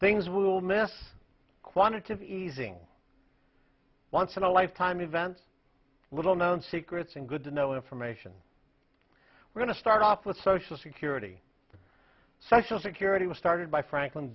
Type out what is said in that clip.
things we will miss quantitative easing once in a lifetime events little known secrets and good to know information we're going to start off with social security and social security was started by franklin